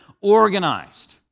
organized